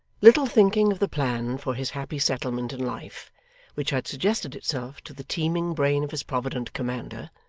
little thinking of the plan for his happy settlement in life which had suggested itself to the teeming brain of his provident commander,